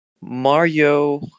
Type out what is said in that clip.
mario